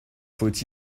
faut